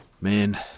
Man